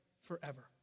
forever